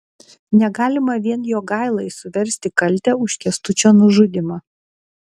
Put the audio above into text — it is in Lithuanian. negalima vien jogailai suversti kaltę už kęstučio nužudymą